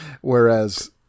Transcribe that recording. whereas